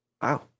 Wow